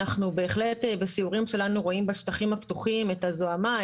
אנחנו בהחלט בסיורים שלנו רואים בשטחים הפתוחים את הזוהמה,